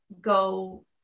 go